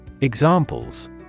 Examples